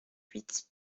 huit